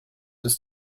ist